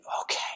okay